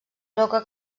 roca